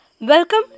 Welcome